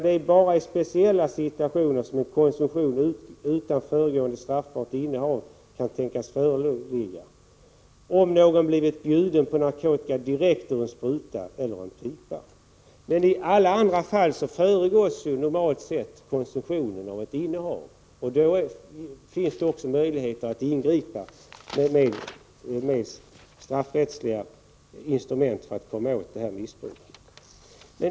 ”Det är bara i speciella situationer som en konsumtion utan föregående straffbart innehav kan tänkas föreligga ———, t.ex. om någon blivit bjuden på narkotika direkt ur en spruta eller en pipa.” I alla andra fall föregås konsumtionen normalt av ett innehav, och då finns det också möjligheter att ingripa med straffrättsliga instrument för att komma åt detta missbruk.